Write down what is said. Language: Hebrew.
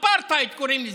אפרטהייד קוראים לזה,